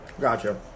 Gotcha